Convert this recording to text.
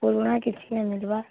ପୁରୁଣା କିଛି ନାଇଁ ମିଲ୍ବା